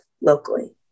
locally